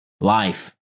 life